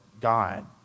God